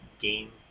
game